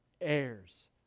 heirs